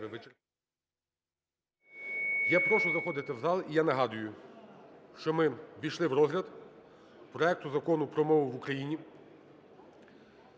Я прошу заходити в зал, і я нагадую, що ми ввійшли в розгляд проекту Закону про мову в Україні.